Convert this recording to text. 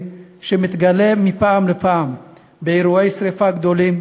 מתגלה מפעם לפעם באירועי שרפה גדולים,